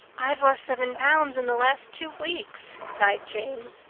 i've lost seven pounds in the last two weeks, sighed jane.